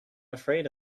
afraid